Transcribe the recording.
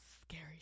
scary